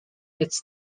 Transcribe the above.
its